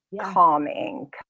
calming